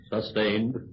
Sustained